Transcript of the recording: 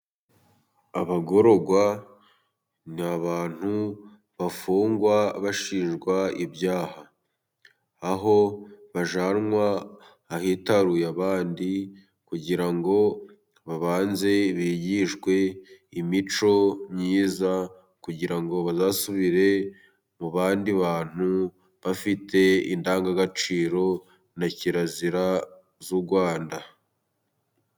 Abagororwa ni abantu bafungwa bashinjwa ibyaha, aho bajyanwa ahitaruye abandi, kugira ngo babanze bigishwe imico myiza, kugira ngo bazasubire mu bandi bantu, bafite indangagaciro na kirazira z'u Rwanda.